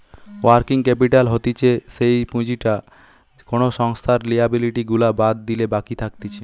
working capital হতিছে যেই পুঁজিটা কোনো সংস্থার লিয়াবিলিটি গুলা বাদ দিলে বাকি থাকতিছে